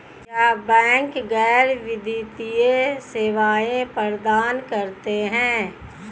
क्या बैंक गैर वित्तीय सेवाएं प्रदान करते हैं?